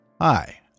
Hi